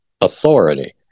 authority